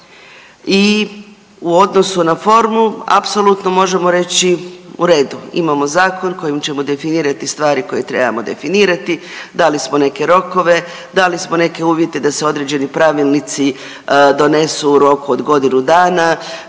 i u odnosu na formu apsolutno možemo reći u redu imamo zakon kojim ćemo definirati stvari koje trebamo definirati, dali smo neke rokove, dali smo neke uvjete da se određeni pravilnici donesu u roku od godinu dana